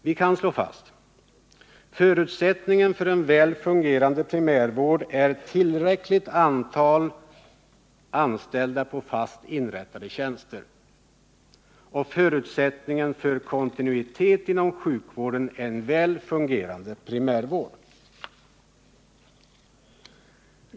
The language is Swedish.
Vi kan slå fast: Förutsättningen för en väl fungerande primärvård är tillräckligt antal anställda på fast inrättade tjänster. Förutsättningen för kontinuitet inom sjukvården är en väl fungerande primärvård.